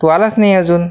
तू आलास नाही अजून